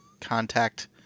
contact